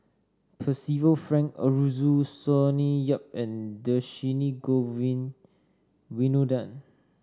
Percival Frank Aroozoo Sonny Yap and Dhershini Govin Winodan